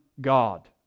God